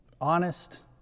honest